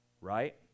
Right